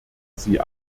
sie